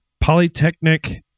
polytechnic